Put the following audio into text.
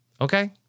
Okay